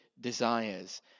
desires